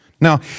Now